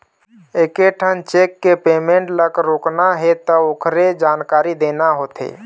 एकेठन चेक के पेमेंट ल रोकना हे त ओखरे जानकारी देना होथे